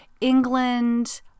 England